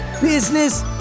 business